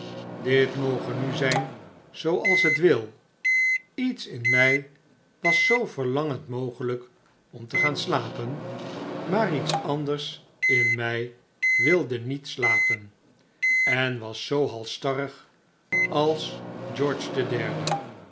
dit moge nu zyn zooals het wil iets in my was zoo verlangend mogelyk om te gaan slapen maar iets anders in my w d e niet slapen efo was zoo halsstarrig als george de derde